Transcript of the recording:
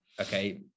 okay